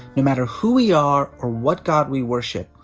no matter who we are or what god we worship,